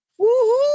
Woohoo